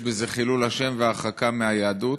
יש בזה חילול השם והרחקה מהיהדות,